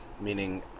meaning